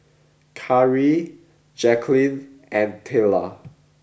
Kari Jacquline and Tayla